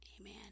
Amen